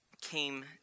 came